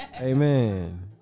Amen